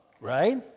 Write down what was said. right